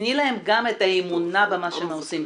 תני להם גם את האמונה במה שהם עושים,